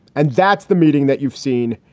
and that's the meeting that you've seen.